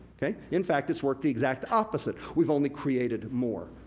in fact, it's worked the exact opposite. we've only created more.